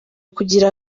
kugira